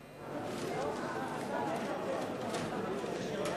לפני ההצבעה.